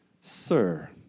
Sir